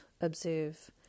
observe